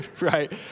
right